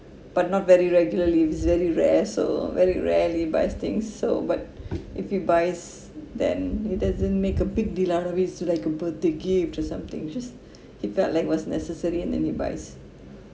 but not very regularly it's very rare so very rarely but I think so but if he buys then he doesn't make a big deal out of it so like a birthday gift or something just he felt like was necessary and then he buys